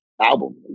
album